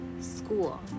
school